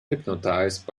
hypnotized